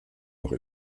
noch